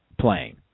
playing